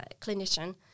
clinician